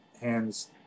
hands